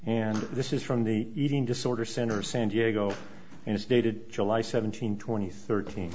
and this is from the eating disorder center of san diego and it's dated july seventeenth twenty thirteen